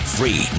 Free